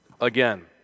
Again